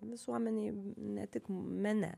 visuomenėj ne tik mene